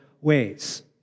ways